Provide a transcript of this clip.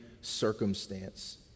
circumstance